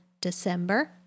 December